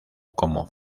como